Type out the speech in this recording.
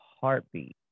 heartbeat